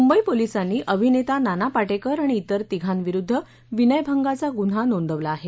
मुंबई पोलिसांनी अभिनेता नाना पाटेकर आणि इतर तिघांविरुद्ध विनयभंगाचा गुन्हा नोंदवला आहे